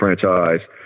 franchise